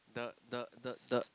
the the the the